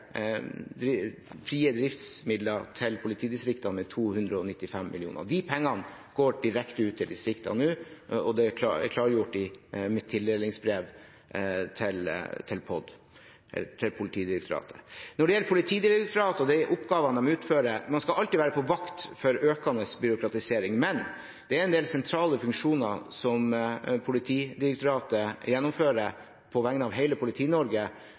frie driftsmidlene til politidistriktene med 295 mill. kr. De pengene går direkte ut til distriktene nå, og det er klargjort i mitt tildelingsbrev til Politidirektoratet. Når det gjelder Politidirektoratet og de oppgavene de utfører, skal man alltid være på vakt overfor økende byråkratisering, men det er en del sentrale funksjoner som Politidirektoratet gjennomfører på vegne av hele